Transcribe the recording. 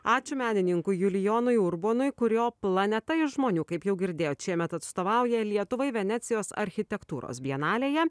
ačiū menininkui julijonui urbonui kurio planeta iš žmonių kaip jau girdėjot šiemet atstovauja lietuvai venecijos architektūros bienalėje